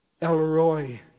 Elroy